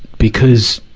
because,